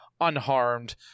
unharmed